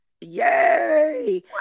Yay